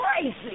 crazy